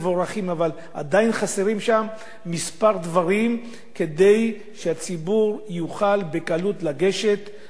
אבל עדיין חסרים שם כמה דברים כדי שהציבור יוכל בקלות לגשת ולחתום